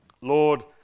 Lord